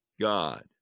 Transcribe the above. God